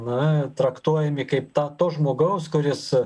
na traktuojami kaip tą to žmogaus kuris